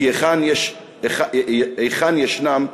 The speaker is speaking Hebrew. כי היכן ישנם אנשים,